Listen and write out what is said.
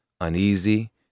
uneasy